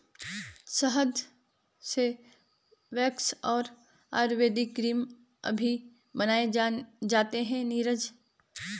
शहद से वैक्स और आयुर्वेदिक क्रीम अभी बनाए जाते हैं नीरज